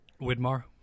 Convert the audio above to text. Widmar